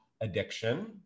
addiction